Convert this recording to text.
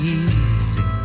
easy